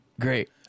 Great